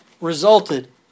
resulted